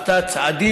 אין חוקים.